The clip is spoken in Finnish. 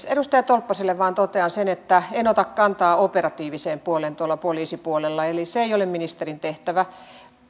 edustaja tolppaselle vain totean sen että en ota kantaa operatiiviseen puoleen tuolla poliisipuolella eli se ei ole ministerin tehtävä